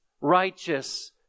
Righteous